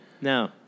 No